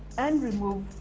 and remove